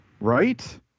Right